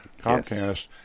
Comcast